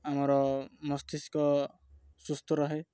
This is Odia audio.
ଆମର ମସ୍ତିଷ୍କ ସୁସ୍ଥ ରହେ